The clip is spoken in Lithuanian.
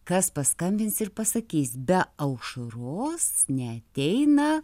kas paskambins ir pasakys be aušros neateina